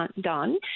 done